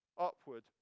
upward